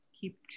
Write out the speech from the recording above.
keep